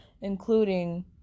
Including